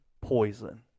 poison